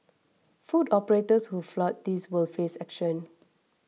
food operators who flout this will face action